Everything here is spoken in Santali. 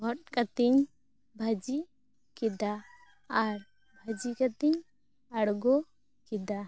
ᱦᱚᱫ ᱠᱟᱛᱤᱧ ᱵᱷᱟᱡᱤ ᱠᱮᱫᱟ ᱟᱨ ᱵᱷᱟᱹᱡᱤ ᱠᱟ ᱛᱤᱧ ᱟᱲᱜᱚ ᱠᱮᱫᱟ